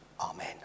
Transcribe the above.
Amen